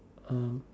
um